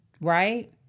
Right